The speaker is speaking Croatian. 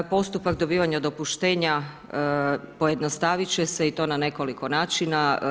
Postupak dobivanja dopuštenja, pojednostaviti će se i to na nekoliko načina.